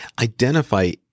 identify